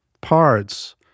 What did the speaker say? parts